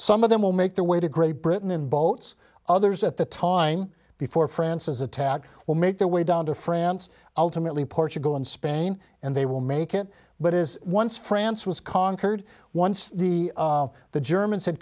some of them will make their way to great britain in boats others at the time before france's attack will make their way down to france ultimately portugal and spain and they will make it but is once france was conquered once the the german